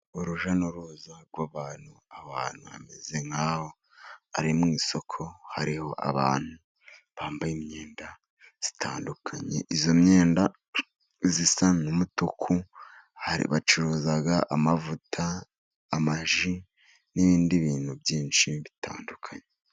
Urujya n'uruza rw'abantu, abantu bameze nk'aho ari mu isoko, hariho abantu bambaye imyenda itandukanye. Iyo myenda isa n'umutuku. Bacuruza amavuta, amaji n'ibindi bintu byinshi bitandukanye.